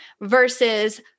versus